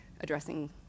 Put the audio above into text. addressing